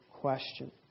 question